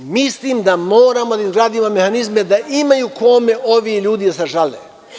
Mislim da moramo da izgradimo mehanizme da imaju kome ovi ljudi da se žale.